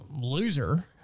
loser